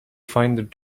find